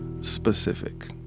specific